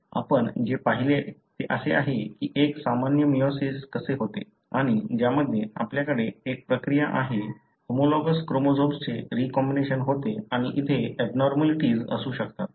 आपण जे पाहिले ते असे आहे की एक सामान्य मेयोसिस कसे होते आणि ज्यामध्ये आपल्याकडे एक प्रक्रिया आहे होमोलॉगस क्रोमोझोम्सचे रीकॉम्बिनेशन होते आणि इथे एबनॉर्मलिटीज असू शकतात